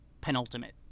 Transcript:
penultimate